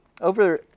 Over